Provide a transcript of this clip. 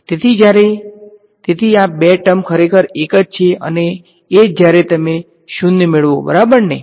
તેથી જ્યારે તેથી આ બે ટર્મ ખરેખર એક છે અને એજ જયારે તમે 0 મેળવો બરાબરને